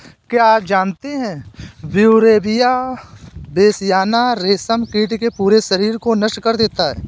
क्या आप जानते है ब्यूवेरिया बेसियाना, रेशम कीट के पूरे शरीर को नष्ट कर देता है